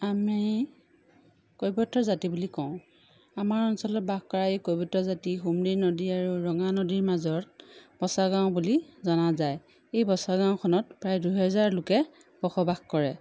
আমি কৈৱৰ্ত জাতি বুলি কওঁ আমাৰ অঞ্চলত বাস কৰা এই কৈৱৰ্ত জাতি সোনদি নদী আৰু ৰঙানদীৰ মাজত বচাগাঁও বুলি জনা যায় এই বচাগাঁওখনত প্ৰায় দুহেজাৰ লোকে বসবাস কৰে